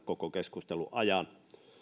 koko keskustelun ajan